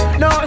no